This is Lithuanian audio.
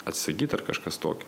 atsakyt ar kažkas tokio